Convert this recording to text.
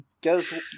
guess